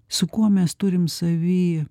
su kuo mes turim savy